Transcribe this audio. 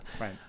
right